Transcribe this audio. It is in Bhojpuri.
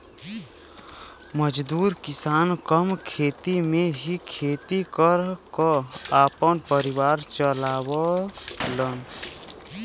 मजदूर किसान कम खेत में ही खेती कर क आपन परिवार चलावलन